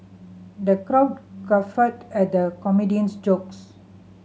the crowd guffawed at the comedian's jokes